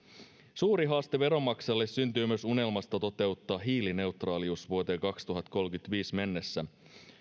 suuri haaste veronmaksajalle syntyy myös unelmasta toteuttaa hiilineutraalius vuoteen kaksituhattakolmekymmentäviisi mennessä